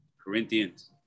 Corinthians